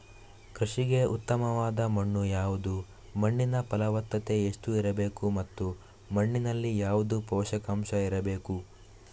ಕೃಷಿಗೆ ಉತ್ತಮವಾದ ಮಣ್ಣು ಯಾವುದು, ಮಣ್ಣಿನ ಫಲವತ್ತತೆ ಎಷ್ಟು ಇರಬೇಕು ಮತ್ತು ಮಣ್ಣಿನಲ್ಲಿ ಯಾವುದು ಪೋಷಕಾಂಶಗಳು ಇರಬೇಕು?